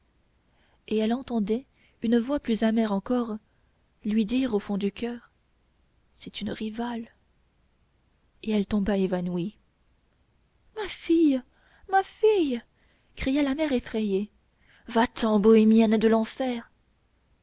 et elle entendait une voix plus amère encore lui dire au fond du coeur c'est une rivale elle tomba évanouie ma fille ma fille cria la mère effrayée va-t'en bohémienne de l'enfer